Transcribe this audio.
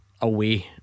away